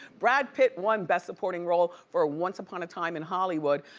brad pitt won best supporting role for ah once upon a time in hollywood.